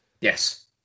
yes